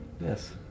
Yes